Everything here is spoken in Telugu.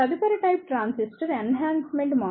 తదుపరి టైప్ ట్రాన్సిస్టర్ ఎన్హాన్స్మెంట్ MOSFET